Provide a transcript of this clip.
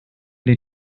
die